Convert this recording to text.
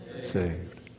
saved